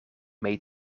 mee